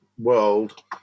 world